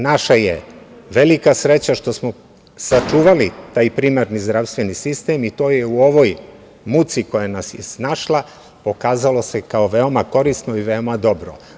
Naša je velika sreća što smo sačuvali taj primarni zdravstveni sistem i to je u ovoj muci koja nas je snašla pokazalo se kao veoma korisno i veoma dobro.